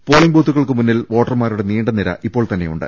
polling ബൂത്തുകൾക്ക് മുന്നിൽ വോട്ടർമാരുടെ നീണ്ടനിര ഇപ്പോൾതന്നെയുണ്ട്